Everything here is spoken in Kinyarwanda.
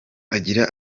agira